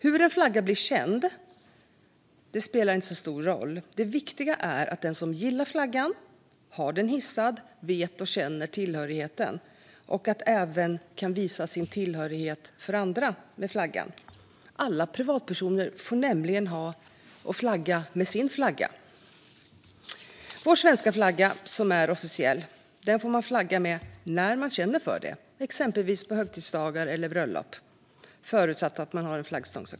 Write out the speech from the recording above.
Hur en flagga blir känd spelar inte så stor roll. Det viktiga är att de som gillar flaggan och har den hissad vet och känner tillhörigheten, och även kan visa sin tillhörighet för andra med flaggan. Alla privatpersoner får nämligen ha och flagga med sin flagga. Vår svenska flagga som är officiell får man flagga med när man känner för det. Det gäller exempelvis vid högtidsdagar eller bröllop, förutsatt såklart att man har en flaggstång.